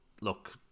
look